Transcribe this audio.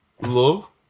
love